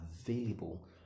available